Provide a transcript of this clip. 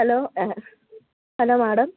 hello hello madam